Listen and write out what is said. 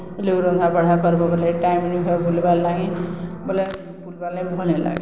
ଇ ଲୋକ୍ ରନ୍ଧା ବଢ଼ା କର୍ବ ବୋଲେ ଟାଇମ୍ ନି ହୁଏ ବୁଲ୍ବାର୍ ଲାଗି ବୋଲେ ବୁଲ୍ବାର୍ ଲାଗି ଭଲ୍ ନାଇ ଲାଗେ